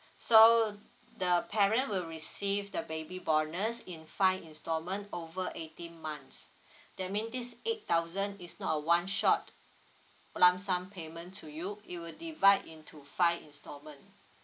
so the parent will receive the baby bonus in five installment over eighteen months that mean this eight thousand is not a one shot lump sum payment to you it will divide into five installment